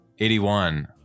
81